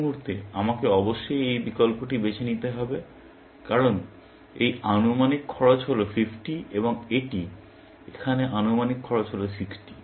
এই মুহুর্তে আমাকে অবশ্যই এই বিকল্পটি বেছে নিতে হবে কারণ এই আনুমানিক খরচ হল 50 এবং এটি এখানে আনুমানিক খরচ হল 60